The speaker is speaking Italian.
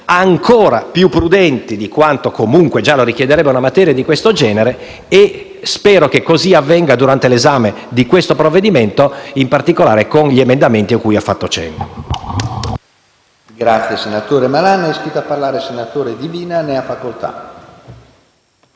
ancora più prudenti di quanto comunque già richiederebbe una materia di questo genere. Spero che così avvenga durante l'esame di questo provvedimento, in particolare con gli emendamenti cui ho fatto cenno. *(Applausi della senatrice Rizzotti).* PRESIDENTE. È iscritto a parlare il senatore Divina. Ne ha facoltà.